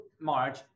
March